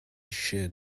should